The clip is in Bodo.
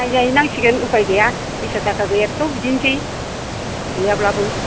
नायजा हैनांसिगोन उफाय गैया फैसा थाखा गैयैयाथ' बिदिनोसै गैयाब्लाबो